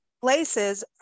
places